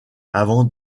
avant